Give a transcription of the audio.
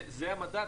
זה המדד.